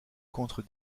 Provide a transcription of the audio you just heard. contre